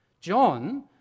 John